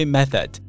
Method